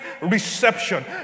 reception